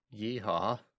Yeehaw